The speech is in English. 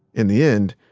in the end,